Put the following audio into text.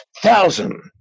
thousand